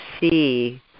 see